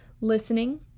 listening